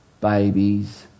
babies